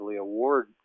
award –